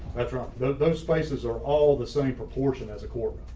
that's around those spaces are all the same proportion as a quarter.